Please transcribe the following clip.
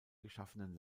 geschaffenen